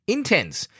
Intense